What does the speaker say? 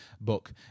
book